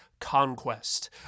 conquest